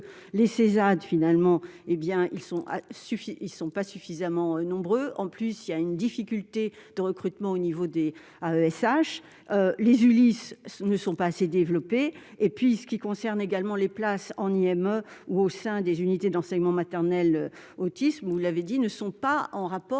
ils sont a suffit, ils ne sont pas suffisamment nombreux en plus, il y a une difficulté de recrutement au niveau des AESH les Ulis ce ne sont pas assez développé et puis ce qui concerne également les places en IME ou au sein des unités d'enseignement maternel autisme, vous l'avez dit, ne sont pas en rapport